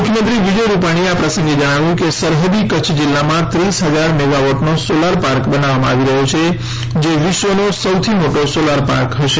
મુખ્યમંત્રી વિજય રૂપાણીએ આ પ્રસંગે જણાવ્યું કે સરહદી કચ્છ જિલ્લામાં ત્રીસ ફજાર મેગાવોટનો સોલાર પાર્ક બનાવવામાં આવી રહ્યો છે જે વિશ્વનો સૌથી મોટો સોલાર પાર્ક હશે